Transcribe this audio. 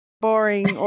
boring